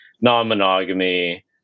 non-monogamy